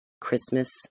Christmas